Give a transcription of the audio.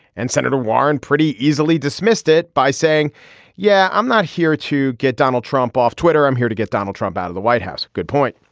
and senator warren pretty easily dismissed it by saying yeah i'm not here to get donald trump off twitter i'm here to get donald trump out of the white house good point.